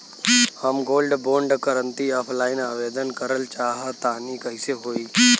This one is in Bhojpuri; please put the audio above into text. हम गोल्ड बोंड करंति ऑफलाइन आवेदन करल चाह तनि कइसे होई?